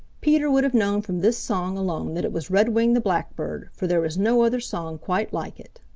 peter would have known from this song alone that it was redwing the blackbird, for there is no other song quite like it.